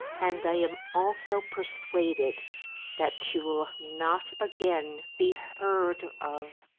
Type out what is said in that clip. and i am also per suaded that she will not again be heard of.